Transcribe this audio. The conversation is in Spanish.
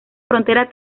frontera